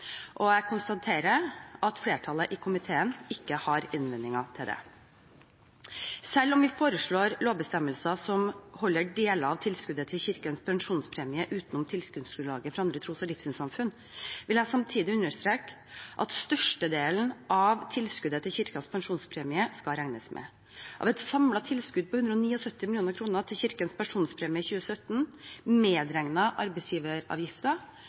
og jeg konstaterer at flertallet i komiteen ikke har innvendinger til det. Selv om vi foreslår lovbestemmelser som holder deler av tilskuddet til kirkens pensjonspremier utenom tilskuddsgrunnlaget for andre tros- og livssynssamfunn, vil jeg samtidig understreke at størstedelen av tilskuddet til kirkens pensjonspremier skal regnes med. Av et samlet tilskudd på 179 mill. kr til kirkens pensjonspremier i 2017,